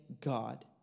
God